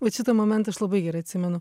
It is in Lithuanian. vat šitą momentą aš labai gerai atsimenu